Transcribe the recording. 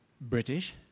British